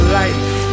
life